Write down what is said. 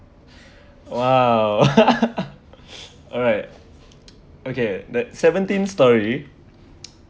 !wow! alright okay that seventeenth storey